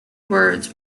words